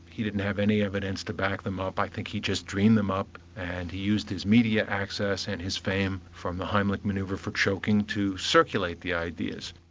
he didn't have any evidence to back them up, i think he just dreamed them up and he used his media access and his fame from the heimlich manoeuvre for choking to circulate the ideas.